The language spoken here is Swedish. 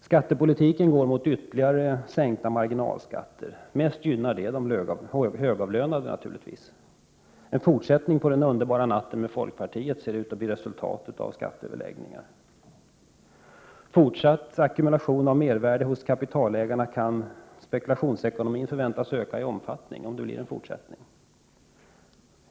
— Skattepolitiken går mot ytterligare sänkta marginalskatter, som mest gynnar de högavlönade. En fortsättning på den underbara natten med folkpartiet ser ut att bli resultatet av skatteöverläggningar. — Med fortsatt överackumulation av mervärdet hos kapitalägarna kan spekulationsekonomin förväntas öka i omfattning.